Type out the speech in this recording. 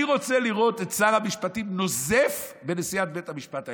אני רוצה לראות את שר המשפטים נוזף בנשיאת בית המשפט העליון,